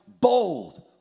bold